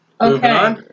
Okay